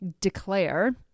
declare